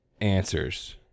answers